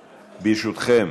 ברשותכם,